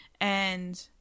and-